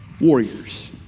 warriors